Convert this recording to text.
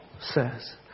says